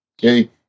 Okay